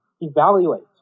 evaluate